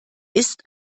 ist